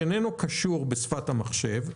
שאיננו קשור בשפת המחשב,